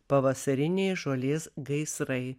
pavasariniai žolės gaisrai